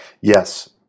Yes